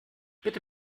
bitte